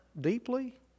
deeply